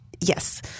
Yes